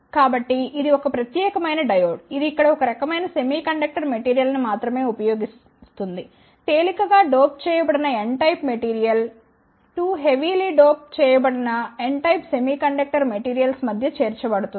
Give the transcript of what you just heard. కాబట్టి ఇది ఒక ప్రత్యేకమైన డయోడ్ ఇది ఇక్కడ ఒక రకమైన సెమీకండక్టర్ మెటీరియల్ ని మాత్రమే ఉపయోగిస్తుంది తేలికగా డోప్ చేయబడిన N type material 2 heavily dope చేయబడిన N టైప్ సెమీకండక్టర్ మెటీరియల్స్ మధ్య చేర్చబడుతుంది